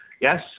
Yes